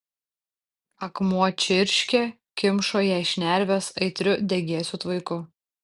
akmuo čirškė kimšo jai šnerves aitriu degėsių tvaiku